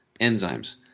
enzymes